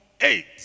eight